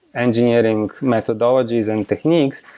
engineering methodologies and techniques,